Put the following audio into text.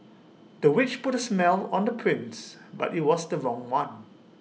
the witch put A smell on the prince but IT was the wrong one